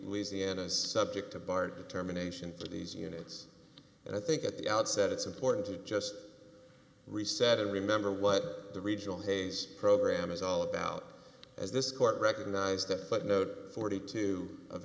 is subject to bar determination for these units and i think at the outset it's important to just reset and remember what the regional hayes program is all about as this court recognized that footnote forty two of